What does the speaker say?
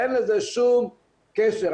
אין לזה שום קשר.